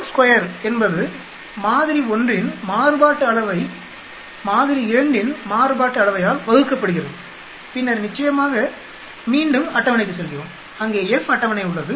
s12 என்பது மாதிரி 1 இன் மாறுபாட்டு அளவை மாதிரி 2 இன் மாறுபாட்டு அளவையால் வகுக்கப்படுகிறது பின்னர் நிச்சயமாக மீண்டும் அட்டவணைக்கு செல்கிறோம் அங்கே F அட்டவணை உள்ளது